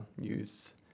use